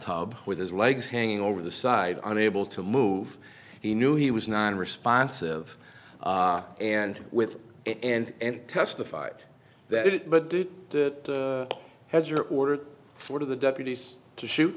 tub with his legs hanging over the side unable to move he knew he was non responsive and with it and testified that it but did that hedge or order for the deputies to shoot